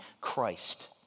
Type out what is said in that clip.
Christ